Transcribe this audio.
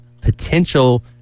potential